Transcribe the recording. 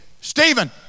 Stephen